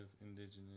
indigenous